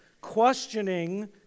questioning